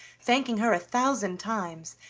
thanking her a thousand times,